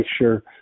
sure